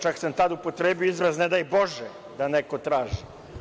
Čak sam tada upotrebio izraz – ne daj Bože da neko traži.